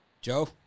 Joe